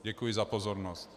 Děkuji za pozornost.